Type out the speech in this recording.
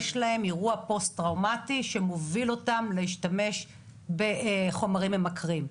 יש להם אירוע פוסט-טראומטי שמוביל אותם להשתמש בחומרים ממכרים.